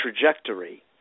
trajectory